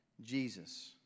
Jesus